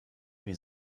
wie